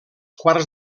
quarts